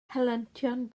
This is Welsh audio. helyntion